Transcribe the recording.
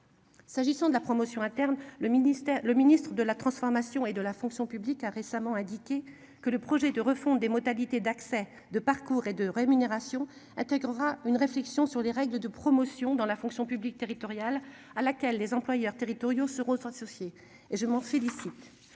S'agissant de la promotion interne. Le ministère le Ministre de la transformation et de la fonction publique a récemment indiqué que le projet de refonte des modalités d'accès de parcours et de rémunération intégrera une réflexion sur les règles de promotions dans la fonction publique territoriale à laquelle les employeurs territoriaux ressent. Et je m'en félicite.